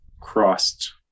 crossed